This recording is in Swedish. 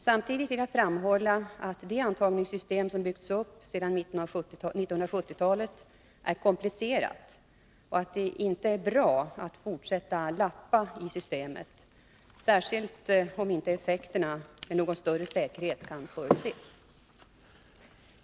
Samtidigt vill jag framhålla att det antagningssystem som byggts upp sedan mitten av 1970-talet är komplicerat och att det inte är bra att fortsätta att ”lappa” i systemet, särskilt om inte effekterna med någon större säkerhet kan förutses.